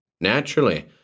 Naturally